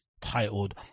titled